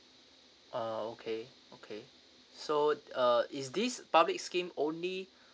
uh okay okay so uh is this public scheme only